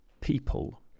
people